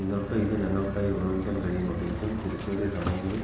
നിങ്ങൾക്ക് ഇത് ഞങ്ങൾക്കായി ഏകോപിപ്പിക്കാൻ കഴിയുമോ പ്രത്യേകിച്ചും തിരക്കേറിയ സമയങ്ങളിൽ